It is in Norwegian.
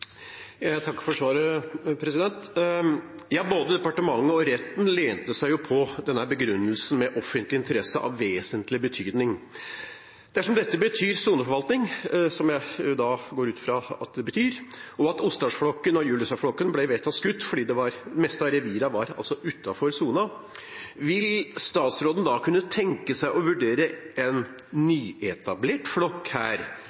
Jeg takker for svaret. Både departementet og retten lente seg jo på denne begrunnelsen om offentlig interesse av vesentlig betydning. Dersom dette betyr soneforvaltning, som jeg går ut fra at det betyr, og at Osdalsflokken og Julussaflokken ble vedtatt skutt fordi det meste av revirene var utenfor sonen, vil statsråden da kunne tenke seg å vurdere en nyetablert flokk her